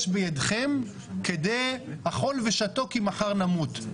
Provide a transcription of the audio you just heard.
בידכם כדי "אכול ושתו כי מחר נמות".